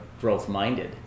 growth-minded